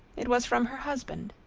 it was from her husband.